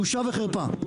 בושה וחרפה.